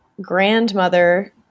grandmother